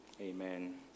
Amen